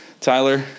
Tyler